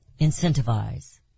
incentivize